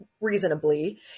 reasonably